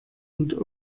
und